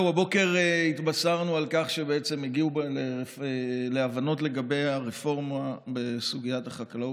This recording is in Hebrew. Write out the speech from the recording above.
הבוקר התבשרנו על כך שבעם הגיעו להבנות לגבי הרפורמה בסוגיית חקלאות.